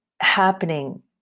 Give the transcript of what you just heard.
happening